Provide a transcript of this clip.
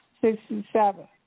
Sixty-seven